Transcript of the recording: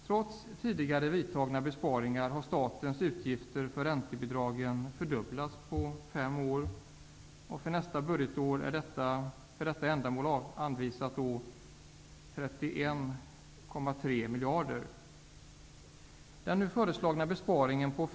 Trots tidigare vidtagna besparingar har statens utgifter för räntebidragen fördubblats på fem år, och för nästa budget är 31,3 miljarder anvisade för detta ändamål.